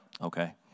okay